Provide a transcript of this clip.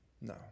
No